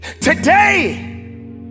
today